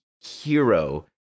hero